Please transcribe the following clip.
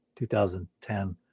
2010